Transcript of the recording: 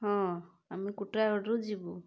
ହଁ ଆମେ କୁଟୁରାଗଡ଼ରୁ ଯିବୁ